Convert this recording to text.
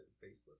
Faceless